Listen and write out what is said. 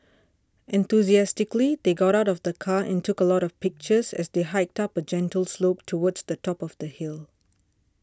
enthusiastically they got out of the car and took a lot of pictures as they hiked up a gentle slope towards the top of the hill